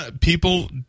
people